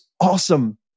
awesome